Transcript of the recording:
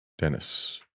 Dennis